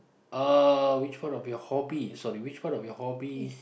uh which part of your hobby sorry which part of your hobby